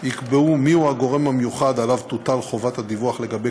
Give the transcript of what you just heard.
ייקבע מיהו הגורם המיוחד שעליו תוטל חובת הדיווח לגבי